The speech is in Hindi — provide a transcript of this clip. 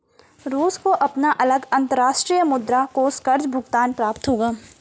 रूस को अपना अगला अंतर्राष्ट्रीय मुद्रा कोष कर्ज़ भुगतान प्राप्त होगा